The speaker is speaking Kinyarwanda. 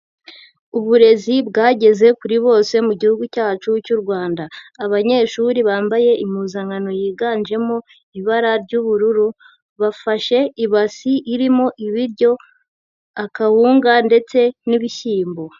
Uburezi bwageze kuri bose mu gihugu cyacu cy'u Rwanda, abanyeshuri bambaye impuzankano yiganjemo ibara ry'ubururu bafashe ibasi irimo ibiryo, akawunga ndetse n'ibishyimbo.